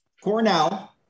Cornell